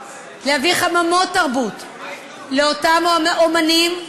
להביא חממות תרבות לאותם אמנים,